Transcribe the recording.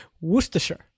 Worcestershire